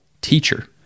teacher